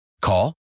Call